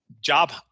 job